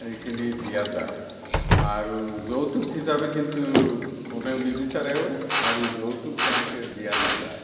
এইখিনি দিয়া যায় আৰু যৌতুক হিচাপে কিন্তু কোনেও নিবিচাৰেও আৰু যৌতুক তেনেকে দিয়া নাযায়